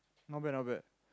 not bad not bad